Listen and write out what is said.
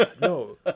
No